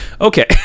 Okay